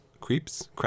Creeps